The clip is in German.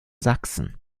sachsen